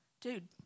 dude